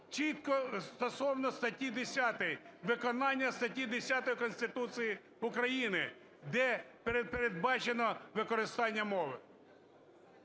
чітко стосовно статті 10, виконання статті 10 Конституції України, де передбачено використання мови.